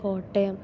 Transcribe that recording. Kottayam